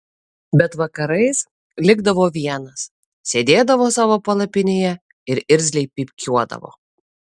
bet vakarais likdavo vienas sėdėdavo savo palapinėje ir irzliai pypkiuodavo